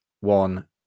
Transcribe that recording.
one